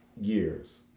years